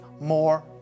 more